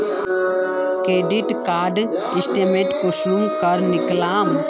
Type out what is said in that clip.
Credit card statement कुंसम करे निकलाम?